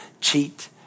cheat